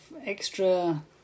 extra